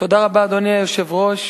תודה רבה, אדוני היושב-ראש.